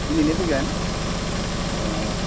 दिनैनो फैगोन